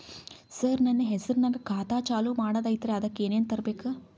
ಸರ, ನನ್ನ ಹೆಸರ್ನಾಗ ಖಾತಾ ಚಾಲು ಮಾಡದೈತ್ರೀ ಅದಕ ಏನನ ತರಬೇಕ?